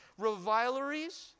revileries